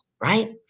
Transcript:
Right